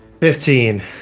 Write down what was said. Fifteen